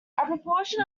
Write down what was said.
proportion